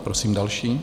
Prosím další.